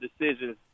decisions